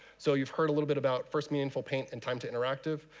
so you've heard a little bit about first meaningful paint and time to interactive,